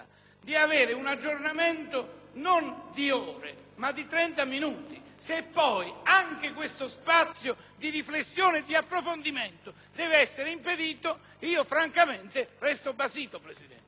di una sospensione non di ore, ma di trenta minuti. Se poi anche questo spazio di riflessione e di approfondimento deve essere impedito, francamente resto basito, signora